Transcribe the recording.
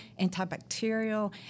antibacterial